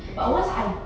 mm